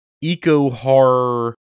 eco-horror